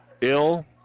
ill